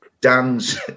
Dan's